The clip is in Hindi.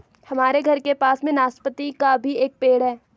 हमारे घर के पास में नाशपती का भी एक पेड़ है